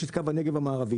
יש את קו הנגב המערבי,